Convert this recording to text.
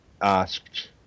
asked